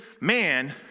man